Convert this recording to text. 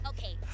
Okay